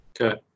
Okay